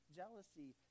jealousy